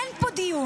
אין פה דיון,